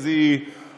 אז היא אוכפת.